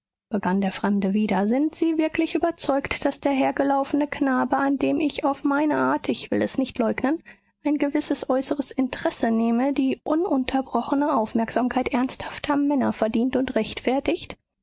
begann der fremde wieder sind sie wirklich überzeugt daß der hergelaufene knabe an dem ich auf meine art ich will es nicht leugnen ein gewisses äußeres interesse nehme die ununterbrochene aufmerksamkeit ernsthafter männer verdient und rechtfertigt